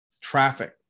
traffic